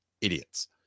Idiots